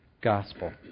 gospel